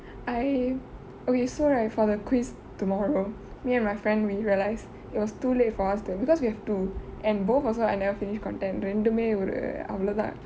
I okay so right for the quiz tomorrow me and my friend we realize it was too late for us to because we have two and both also I never finished content ரெண்டுமெ ஒரு அவ்ளொதா:rendumeyh oru avlothaa